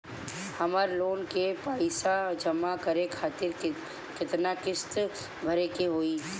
हमर लोन के पइसा जमा करे खातिर केतना किस्त भरे के होई?